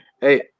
Hey